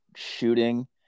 shooting